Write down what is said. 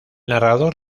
narrador